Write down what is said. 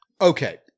Okay